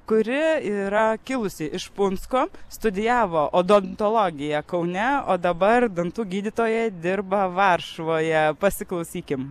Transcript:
kuri yra kilusi iš punsko studijavo odontologiją kaune o dabar dantų gydytoja dirba varšuvoje pasiklausykim